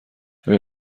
آیا